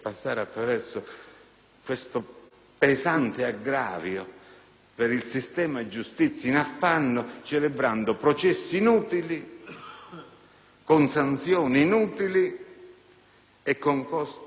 aspetti concreti perché l'espulsione amministrativa è già prevista dal nostro sistema e ha già superato il vaglio di costituzionalità con una sentenza della Corte costituzionale del 2004: perché non applicate quella norma?